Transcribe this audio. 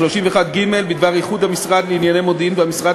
31(ג) בדבר איחוד המשרד לענייני מודיעין והמשרד